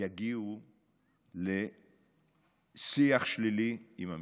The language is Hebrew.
יגיעו לשיח שלילי עם המשטרה,